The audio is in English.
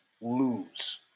lose